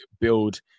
build